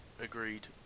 agreed